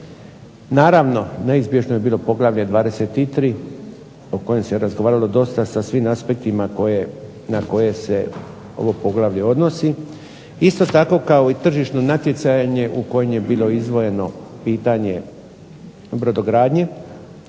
Naravno, neizbježno je bilo Poglavlje 23. o kojem se razgovaralo dosta sa svim aspektima na koje se ovo poglavlje odnosi. Isto tako kao i Tržišno natjecanje u kojem je bilo izdvojeno pitanje brodogradnje,